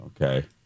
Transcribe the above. Okay